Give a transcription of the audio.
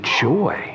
joy